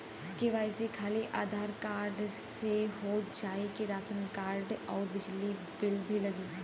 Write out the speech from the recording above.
KYC खाली Aadhaar card से हो जाए कि राशन कार्ड अउर बिजली बिल भी लगी?